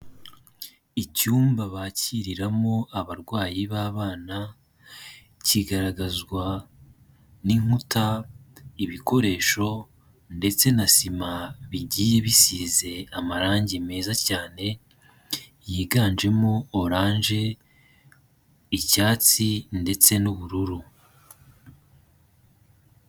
Icyumba bakiriramo abarwayi b'abana, kigaragazwa n'inkuta, ibikoresho ndetse na sima bigiye bisize amarange meza cyane, yiganjemo oranje, icyatsi ndetse n'ubururu.